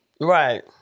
Right